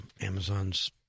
Amazon's